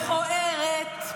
מכוערת,